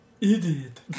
idiot